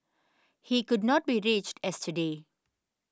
he could not be reached yesterday